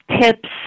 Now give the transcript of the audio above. Tips